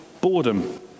boredom